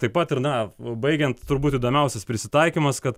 taip pat ir na baigiant turbūt įdomiausias prisitaikymas kad